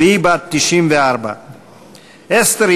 והיא בת 94. אסתר,